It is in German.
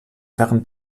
während